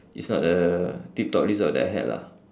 it's not a tip top result that I had lah